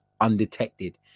undetected